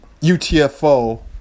UTFO